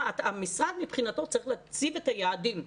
המשרד מבחינתו צריך להציב את היעדים,